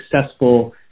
successful